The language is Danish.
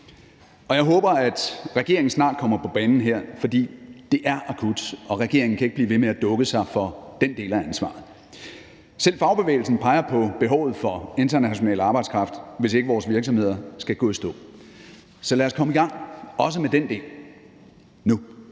nu. Jeg håber, at regeringen snart kommer på banen her, for det er akut, og regeringen kan ikke blive ved med at dukke sig for den del af ansvaret. Selv fagbevægelsen peger på behovet for international arbejdskraft, hvis ikke vores virksomheder skal gå i stå. Så lad os komme i gang også med den del nu.